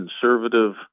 conservative